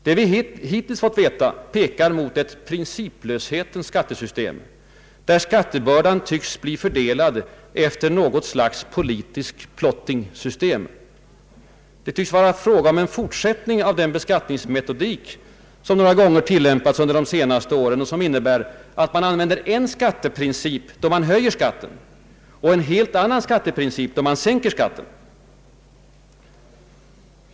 Det vi hittills har fått veta pekar mot ett principlöshetens skattesystem, där skattebördan tycks bli fördelad efter något slags politiskt plottingsystem. Det tycks vara fråga om en fortsättning av den beskattningsmetodik som några gånger har tillämpats under de senaste åren och som innebär att man använder en skatteprincip då man höjer skatten och en helt annan skatteprincip då man sänker skatten.